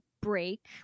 break